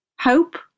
hope